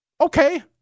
okay